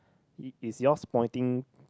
i~ is yours pointing